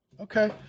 Okay